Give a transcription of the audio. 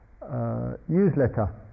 newsletter